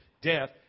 death